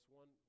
one